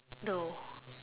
no